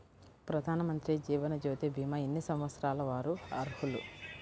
ప్రధానమంత్రి జీవనజ్యోతి భీమా ఎన్ని సంవత్సరాల వారు అర్హులు?